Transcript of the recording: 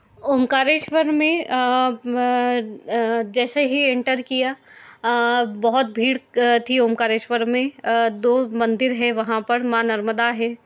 ओंकारेश्वर में जैसे ही एंटर किया बहुत भीड़ थी ओंकारेश्वर में दो मंदिर हैं वहाँ पर माँ नर्मदा है